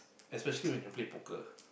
especially when you play poker